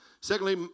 Secondly